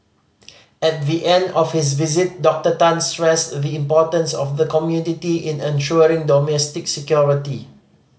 at the end of his visit Doctor Tan stressed the importance of the community in ensuring domestic security